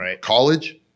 college